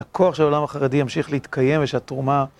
הכוח של העולם החרדי ימשיך להתקיים ושהתרומה...